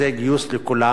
זה גיוס לכולם.